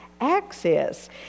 access